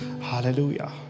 Hallelujah